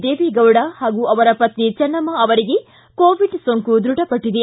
ದೇವೇಗೌಡ ಹಾಗೂ ಅವರ ಪತ್ನಿ ಚೆನ್ನಮ್ನ ಅವರಿಗೆ ಕೋವಿಡ್ ಸೋಂಕು ದೃಢಪಟ್ಟಿದೆ